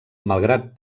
malgrat